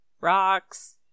Rocks